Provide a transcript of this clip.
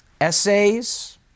essays